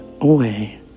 away